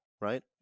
Right